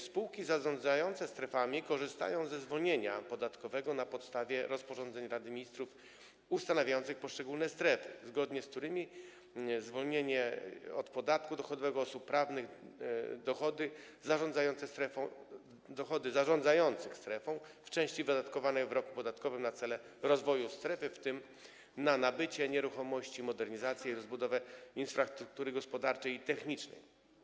Spółki zarządzające strefami korzystają ze zwolnienia podatkowego na podstawie rozporządzeń Rady Ministrów ustanawiających poszczególne strefy, zgodnie z którymi obowiązuje zwolnienie z podatku dochodowego od osób prawnych dochodów zarządzających strefą w części wydatkowanej w roku podatkowym na cele rozwoju strefy, w tym na nabycie nieruchomości, modernizację i rozbudowę infrastruktury gospodarczej i technicznej.